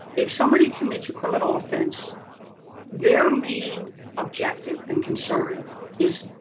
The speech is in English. if somebody commits a criminal offense they're main objective and concern is,